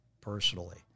personally